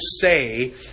say